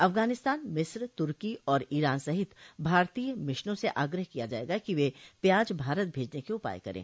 अफगानिस्तान मिस्र तुर्की और ईरान स्थित भारतीय मिशनों से आग्रह किया जाएगा कि वे प्याज भारत भेजने के उपाय करें